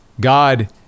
God